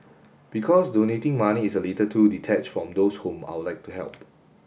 because donating money is a little too detached from those whom I'd like to help